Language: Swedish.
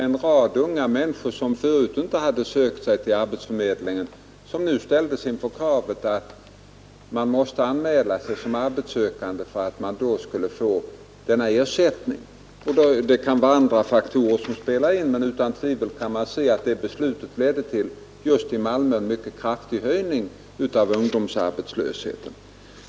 En rad unga människor som tidigare inte sökt sig till arbetsförmedlingen ställdes nu inför kravet att de måste anmäla sig som arbetssökande för att få den utlovade ersättningen. Även andra faktorer kan ha spelat in, men i Malmöhus län ledde denna nya ordning till en mycket kraftig höjning av ungdomsarbetslösheten.